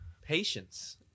Patience